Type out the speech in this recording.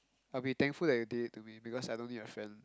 I'll be thankful that you did it to me because I don't need a friend